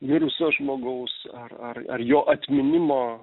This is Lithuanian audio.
mirusio žmogaus ar ar ar jo atminimo